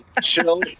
Chill